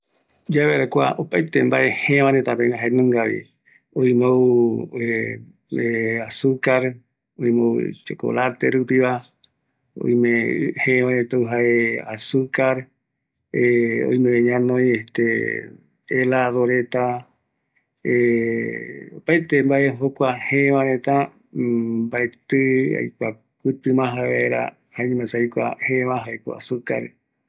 Oïme jaeko, azucar blanca, azucar merena, oïme vi, leche dive oñemojeva, mermelada, helado, fruta reta, naranja lima ëreï oyeague retama